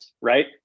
right